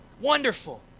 Wonderful